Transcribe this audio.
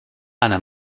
anna